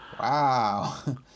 Wow